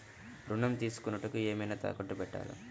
ఋణం తీసుకొనుటానికి ఏమైనా తాకట్టు పెట్టాలా?